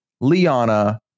Liana